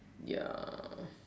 ya